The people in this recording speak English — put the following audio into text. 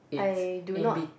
I do not